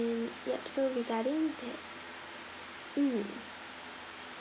yup so regarding that mm